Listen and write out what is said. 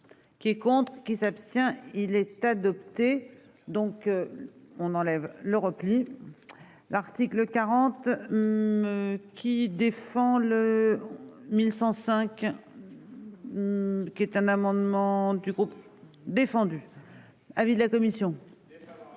Qui est contre. Qui ça. Tiens il est adopté. Donc. On enlève le repli. L'article 40. Qui défend le. MCV.-- Qui est un amendement du groupe défendu. Avis de la commission.